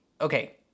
okay